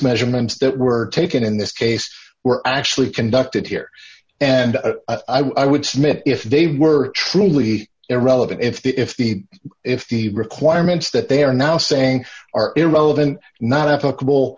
measurements that were taken in this case were actually conducted here and i would submit if they were truly irrelevant if the if the requirements that they are now saying are irrelevant not applicable